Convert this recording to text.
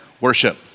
Worship